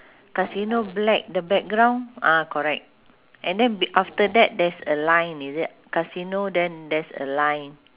casino black the background ah correct and then b~ after that there's a line is it casino then there's a line